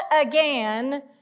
again